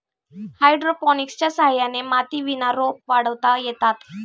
हायड्रोपोनिक्सच्या सहाय्याने मातीविना रोपं वाढवता येतात